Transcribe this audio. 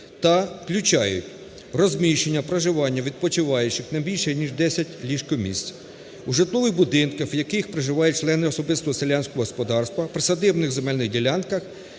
та включають: розміщення (проживання) відпочиваючих (не більше ніж 10 ліжко-місць) у житлових будинках, в яких проживають члени особистого селянського господарства, присадибних земельних ділянках